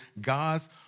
God's